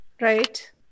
right